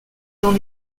dans